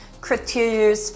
criteria